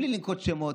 בלי לנקוב בשמות,